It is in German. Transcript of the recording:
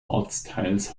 ortsteils